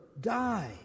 die